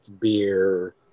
beer